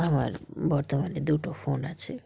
আমার বর্তমানে দুটো ফোন আছে